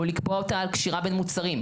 או לתבוע אותה על קשירה בין מוצרים,